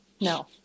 No